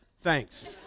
thanks